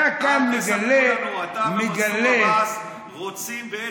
אתה ומנסור עבאס רוצים בעצם,